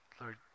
Lord